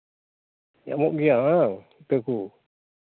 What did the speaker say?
ᱧᱟᱢᱚᱜ ᱜᱮᱭᱟ ᱦᱮᱸᱵᱟᱝ ᱤᱛᱟᱹ ᱠᱚ